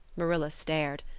marilla stared.